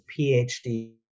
PhD